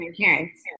parents